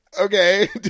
okay